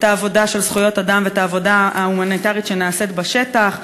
העבודה של זכויות אדם ואת העבודה ההומניטרית שנעשית בשטח.